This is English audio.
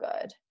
good